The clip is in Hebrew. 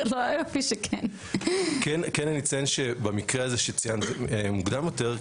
כן אני אציין שבמקרה הזה שציינת מוקדם יותר,